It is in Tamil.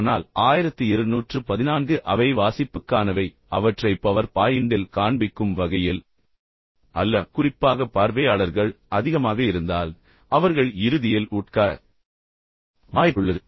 ஆனால் 1214 அவை வாசிப்புக்கானவை ஆனால் அவற்றை பவர் பாயிண்டில் காண்பிக்கும் வகையில் அல்ல குறிப்பாக பார்வையாளர்கள் அதிகமாக இருந்தால் பின்னர் அவர்கள் இறுதியில் உட்கார வாய்ப்புள்ளது